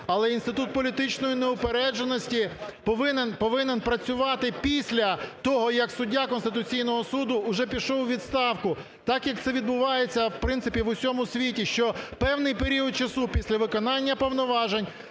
але інститут політичної неупередженості повинен працювати після того, як суддя Конституційного Суду уже пішов у відставку. Так, як це відбувається, в принципі, в усьому світі, що певний період часу після виконання повноважень